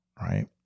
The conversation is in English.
right